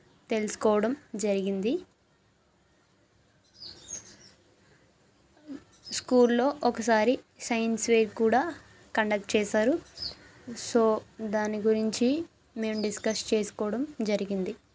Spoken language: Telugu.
తెలుసుకోవడం జరిగింది స్కూల్లో ఒకసారి సైన్స్వేర్ కూడా కండక్ట్ చేసారు సో దాని గురించి మేము డిస్కస్ చేసుకోవడం జరిగింది